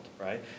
right